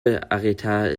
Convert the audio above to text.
arrêta